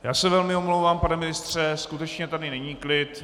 Já se velmi omlouvám, pane ministře, skutečně tady není klid.